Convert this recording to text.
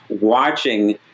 watching